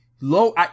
low